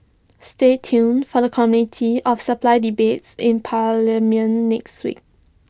stay tuned for the committee of supply debates in parliament next week